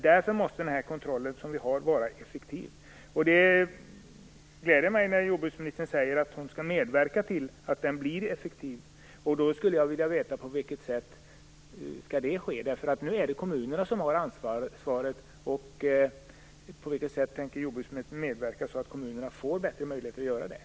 Därför måste vår kontroll också vara effektiv. Det gläder mig när jordbruksministern säger att hon skall medverka till att den blir effektiv. Jag skulle vilja veta på vilket sätt det skall ske. Det är kommunerna som har ansvaret för kontrollen. På vilket sätt tänker jordbruksministern medverka till att kommunerna får bättre möjlighet att utföra den?